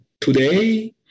Today